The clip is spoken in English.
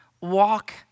Walk